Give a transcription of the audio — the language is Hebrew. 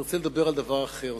אני רוצה לדבר על דבר אחר,